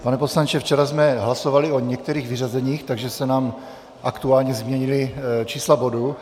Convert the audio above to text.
Pane poslanče, včera jsme hlasovali o některých vyřazeních, takže se nám aktuálně změnila čísla bodů.